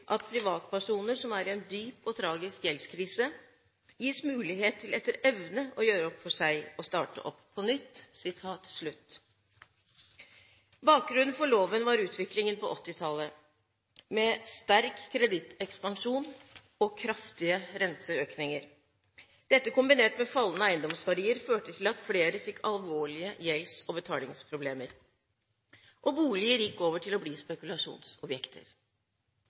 at privatpersoner som er i en dyp og tragisk gjeldskrise, gis mulighet til etter evne å gjøre opp for seg og starte opp på nytt.» Bakgrunnen for loven var utviklingen på 1980-tallet, med sterk kredittekspansjon og kraftige renteøkninger og dette, kombinert med fallende eiendomsverdier, førte til at flere fikk alvorlige gjelds- og betalingsproblemer. Boliger gikk over til å bli spekulasjonsobjekter.